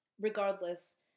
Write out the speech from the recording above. Regardless